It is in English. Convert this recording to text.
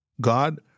God